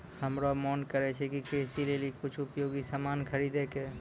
हमरो मोन करै छै कि कृषि लेली कुछ उपयोगी सामान खरीदै कै